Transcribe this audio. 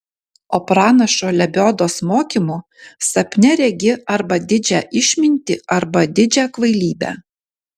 o pranašo lebiodos mokymu sapne regi arba didžią išmintį arba didžią kvailybę